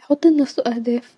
يحط لنفسو اهداف